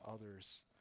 others